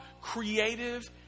creative